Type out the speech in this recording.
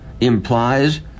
implies